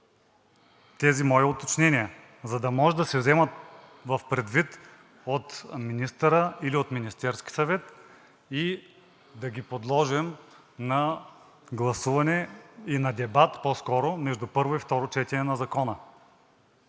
тези мои уточнения, за да може да се вземат предвид от министъра или от Министерския съвет и да ги подложим на гласуване и на дебат по-скоро между първо и второ четене на Закона.